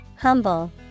Humble